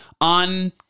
on